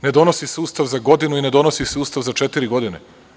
Ne donosi se Ustav za godinu i ne donosi se Ustav za četiri godine.